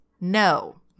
No